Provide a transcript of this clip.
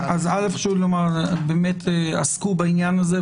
באמת עסקו בעניין הזה,